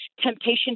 temptation